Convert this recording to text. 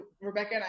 Rebecca